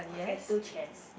and two chairs